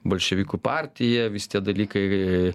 bolševikų partija visi tie dalykai